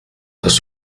das